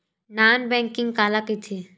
Non banking काला कइथे?